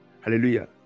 Hallelujah